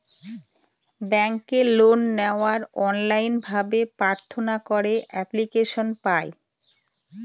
ব্যাঙ্কে লোন নেওয়ার অনলাইন ভাবে প্রার্থনা করে এপ্লিকেশন পায়